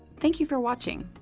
thank you for watching!